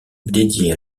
dédiée